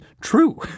true